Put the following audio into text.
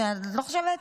את לא חושבת?